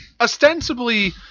ostensibly